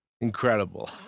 Incredible